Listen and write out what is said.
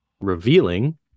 Revealing